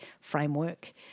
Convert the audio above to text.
Framework